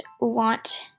want